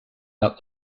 out